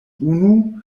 unu